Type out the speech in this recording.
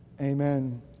Amen